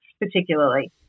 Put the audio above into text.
particularly